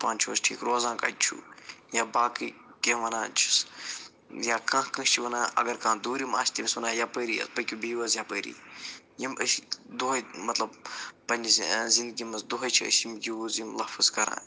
پانہٕ چھُو حظ ٹھیٖک روزان کَتہِ چھُو یا باقٕے کیٚنٛہہ وَنان چھِس یا کانٛہہ کٲنٛسہِ چھِ وَنان اگر کانٛہہ دوٗرِم آسہِ تٔمِس وَنان یپٲری پٔکِو بِہِو حظ یپٲری یِم أسۍ دۄہَے مطلب پنٛنہِ زِ زِنٛدگی منٛز دۄہَے چھِ أسۍ یِم یوٗز یِم لفظ کَران